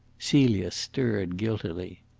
celia stirred guiltily.